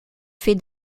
fait